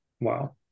Wow